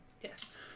Yes